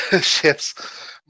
ships